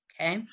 Okay